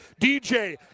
DJ